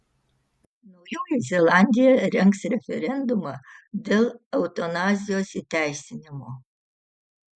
naujoji zelandija rengs referendumą dėl eutanazijos įteisinimo